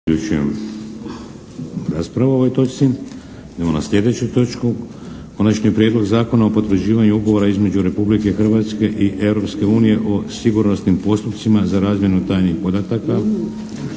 raspravljao o Prijedlogu zakona o potvrđivanju ugovora između Republike Hrvatske i Europske unije o sigurnosnim postupcima za razmjenu tajnih podataka